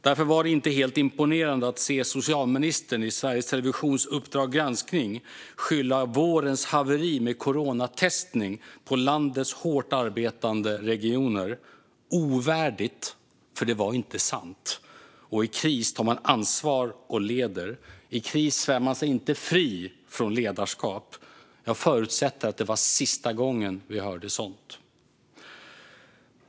Därför var det inte helt imponerande att höra socialministern i Sveriges Televisions Uppdrag granskning skylla vårens haveri med coronatestning på landets hårt arbetande regioner. Det är ovärdigt, för det var inte sant. Och i kris tar man ansvar och leder, i kris svär man sig inte fri från ledarskap. Jag förutsätter att det var sista gången vi hörde sådant.